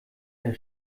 der